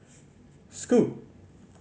scoot